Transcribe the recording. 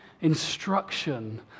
instruction